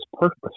purpose